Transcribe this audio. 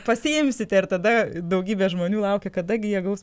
pasiimsite ir tada daugybė žmonių laukia kada gi jie gaus